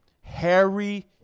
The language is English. Harry